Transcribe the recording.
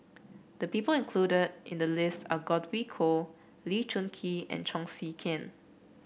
the people included in the list are Godwin Koay Lee Choon Kee and Chong Tze Chien